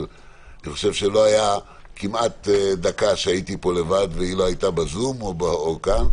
אבל אני חושב שלא הייתה דקה שהייתי פה לבד והיא לא הייתה בזום או כאן.